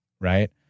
right